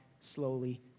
slowly